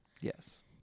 Yes